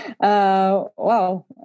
Wow